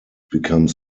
becomes